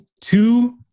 two